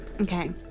Okay